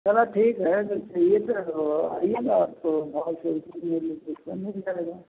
चलो ठीक है जब चहिए तब आइएगा तो मॉल से मिल जाएगा